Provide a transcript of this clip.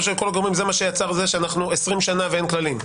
מה שיצר את המצב שאנחנו 20 שנה ואין כללים.